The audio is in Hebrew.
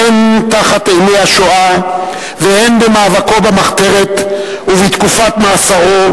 הן תחת אימי השואה והן במאבקו במחתרת ובתקופת מאסרו,